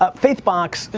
ah faithbox,